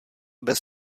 bez